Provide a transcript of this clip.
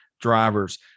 drivers